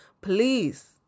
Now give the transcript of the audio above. please